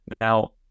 Now